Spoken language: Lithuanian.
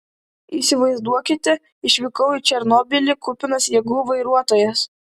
įsivaizduokite išvykau į černobylį kupinas jėgų vairuotojas